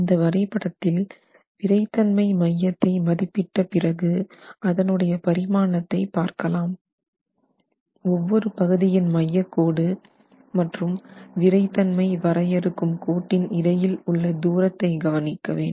இந்த வரைபடத்தில் விறைத்தன்மை மையத்தை மதிப்பிட்ட பிறகு அதனுடைய பரிமாணத்தை பார்க்கலாம் ஒவ்வொரு பகுதியின் மையக்கோடு மற்றும் விறைத்தன்மை வரையறுக்கும் கோட்டின் இடையில் உள்ள தூரத்தை கவனிக்க வேண்டும்